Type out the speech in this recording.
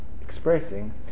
expressing